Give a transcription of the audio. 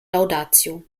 laudatio